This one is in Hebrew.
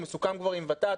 הוא מסוכם כבר עם ות"ת.